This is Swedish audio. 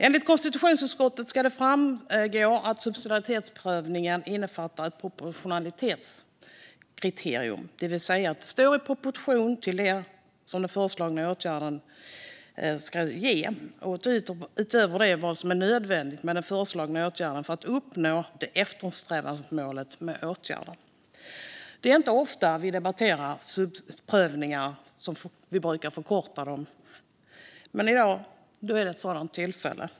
Enligt konstitutionsutskottet ska det framgå att subsidiaritetsprövningen innefattar ett proportionalitetskriterium, alltså att det står i proportion till vad den föreslagna åtgärden ska leda till och vad som är nödvändigt för att uppnå det eftersträvade målet. Det är inte ofta vi debatterar "subprövningar", som vi brukar förkorta dem, men i dag är ett sådant tillfälle.